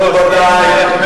כבוד היושב-ראש,